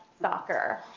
soccer